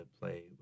play